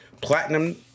Platinum